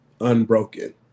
unbroken